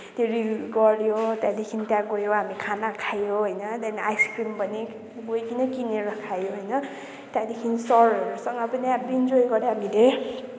त्यो रिल गर्यो त्यहाँदेखि त्यहाँ गयो हामी खाना खायो त्यहाँदेखि आइस क्रिम पनि गइकन किनेर खायो होइन त्यहाँदेखि सरहरूसँग पनि इन्जोई गर्यो हामीले